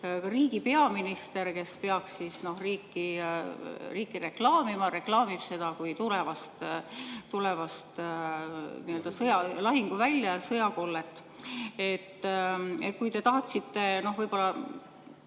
riigi peaminister, kes peaks riiki reklaamima, reklaamib seda kui tulevast lahinguvälja ja sõjakollet. Võib-olla